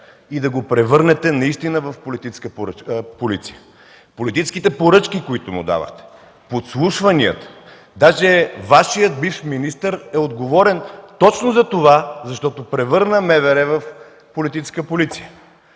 и да го превърнете наистина в политическа полиция – политическите поръчки, които му давахте, подслушванията. Даже Вашият бивш министър е отговорен точно за това, защото превърна МВР в политическа полиция.